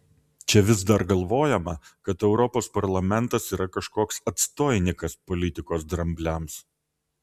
čia vis dar galvojama kad europos parlamentas yra kažkoks atstoinikas politikos drambliams